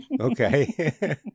Okay